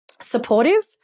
supportive